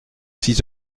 six